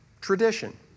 tradition